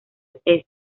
este